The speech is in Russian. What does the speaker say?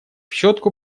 щетку